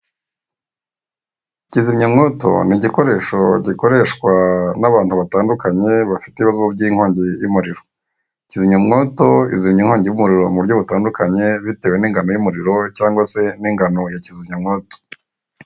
Kizimyamwoto ni igikoresho gikoreshwa n'abantu batandukanye, bafite ibibazo by'inkongi y'umuriro. Kizimyamwoto izimya inkongi y'umuriro mu buryo butandukanye bitewe n'ingano y'umuriro cyangwa se n'ingano ya kizimyamwoto.